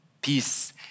Peace